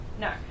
No